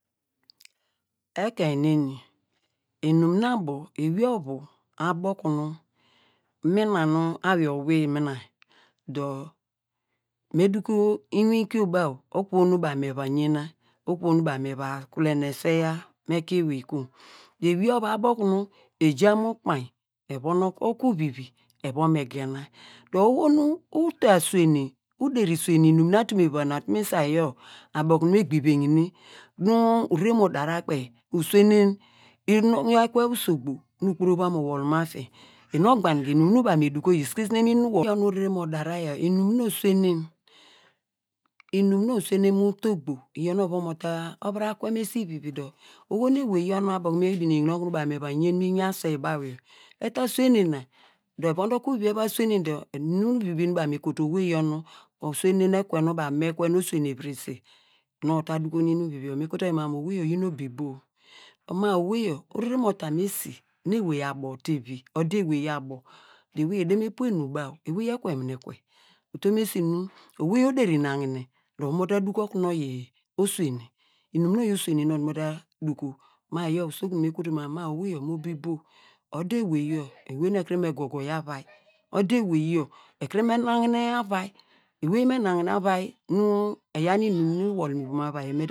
Ekein neni yor inum nu abo ewey ovu abo okunu mina nu awiye owi muna dor me duko inwin kio baw okuvo nu baw me va yena, okuvo nu baw me va kulene sweiya mu ekein ewey kom, dor ewey ovu abo okunu eja mu ukpainy evon oku vivi eva mo gena dor oho nu uta swene uderi swene nu atum iva, nu atom isay yor abo kunu me gbive me nu urere mu data kpeyi uswenen inum mu ekue usogbo nu ikpuro nu uvan mu wol ma afin inum ogbange inum nu baw me doku yor isoke sinen mu inum yor nu orere mo dara yor inum nu osuene, inum nu osuenen mu utor ogbo iyor nu ova mo ta, ovura ta kwem mu esi vivi dor oho nu ewey yor abo okunu me bene okunu baw me va yen mu inwin aswei baw yor dor eta swenen na dor evon te te oku vivi eva swenen do inum viva nu baw me kotu owey yor nu oswene nu ekwe nu baw abo okunu me kwe nu osuene virese nu ota duko nu inum vivi yor, me kotu oyi mam mu owey yor oyin obibo ma owei yor orere mo ta mu esi nu ewey abo te vi, ode ewey yor abo dor ewey eda me pu enu baw ewey ekwe mu nu ekwe utom esi nu owei yor oderi nagne dor mo ta duko okunu oyi osuene, inum nu oyi osuene nu mo ta duko ma iyor usokun me kotu mam mu owei yor mo bibo, ode owei yor ewey nu ekuru me gorgor ya avai ode ewey yor ekuru me nagneya avai, ewey me nagne avai nu eyaw nu inum nu iwol mu avai eda duko.